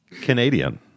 Canadian